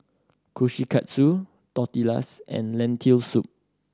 Kushikatsu Tortillas and Lentil Soup